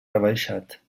rebaixat